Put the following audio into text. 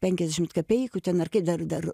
penkiasdešimt kapeikų ten ar kaip dar dar